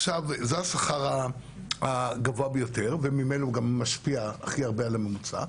השכר הגבוה ביותר וממילא הוא גם משפיע הכי הרבה על הממוצע.